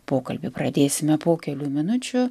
pokalbį pradėsime po kelių minučių